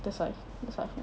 that's why that's why